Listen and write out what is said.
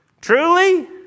truly